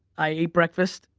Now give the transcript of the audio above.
i ate breakfast,